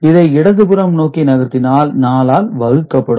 இதை இடது புறம் நோக்கி நகர்த்தினால் 4 ஆல் வகுக்கபடும்